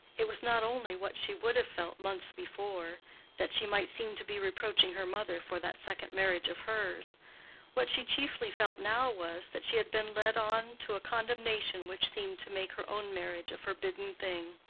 it was not only what she would have felt months before that she might seem to be reproaching her mother for that second marriage of hers what she chiefly felt now was that she had been led on to a condemnation which seemed to make her own marriage a forbidden thing.